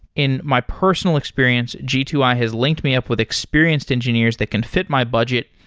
in my personal experience, g two i has linked me up with experienced engineers that can fit my budget,